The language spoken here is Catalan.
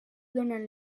donen